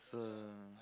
uh